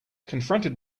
confronted